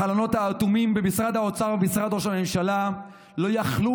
החלונות האטומים במשרד האוצר ובמשרד ראש הממשלה לא יכלו